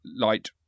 light